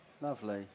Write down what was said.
Lovely